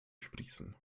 sprießen